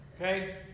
Okay